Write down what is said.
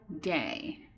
day